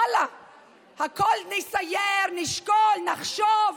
ואללה, הכול: נסייר, נשקול, נחשוב.